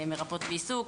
מרפאות בעיסוק,